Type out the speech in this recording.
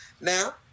Now